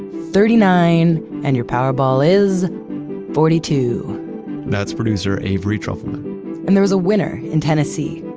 thirty nine, and your powerball is forty two that's producer avery trufelman and there was a winner in tennessee.